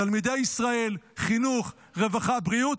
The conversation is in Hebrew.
תלמידי ישראל, חינוך, רווחה ובריאות.